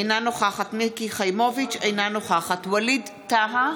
אינה נוכחת מיקי חיימוביץ' אינה נוכחת ווליד טאהא,